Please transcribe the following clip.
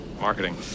Marketing